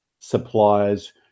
suppliers